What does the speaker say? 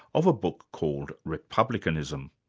of a book called republicanism.